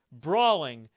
brawling